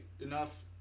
enough